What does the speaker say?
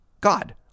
God